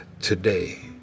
Today